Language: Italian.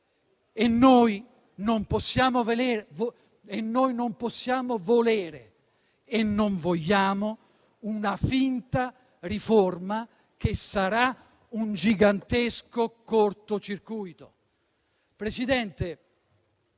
e noi non possiamo volere - e non vogliamo - una finta riforma che sarà un gigantesco cortocircuito. Signor Presidente,